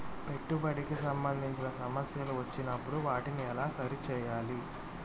పెట్టుబడికి సంబంధించిన సమస్యలు వచ్చినప్పుడు వాటిని ఎలా సరి చేయాలి?